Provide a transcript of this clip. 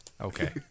Okay